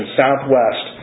southwest